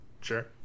sure